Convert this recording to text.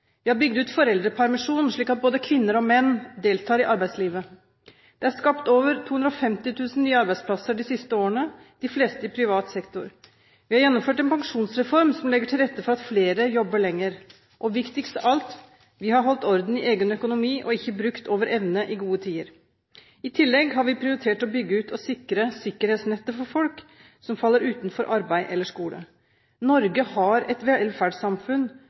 Vi har bygd ut foreldrepermisjonen, slik at både kvinner og menn deltar i arbeidslivet. Det er skapt over 250 000 nye arbeidsplasser de siste årene, de fleste i privat sektor. Vi har gjennomført en pensjonsreform som legger til rette for at flere jobber lenger. Og viktigst av alt: Vi har holdt orden i egen økonomi og ikke brukt over evne i gode tider. I tillegg har vi prioritert å bygge ut og sikre sikkerhetsnettet for folk som faller utenfor arbeid eller skole. Norge har et velferdssamfunn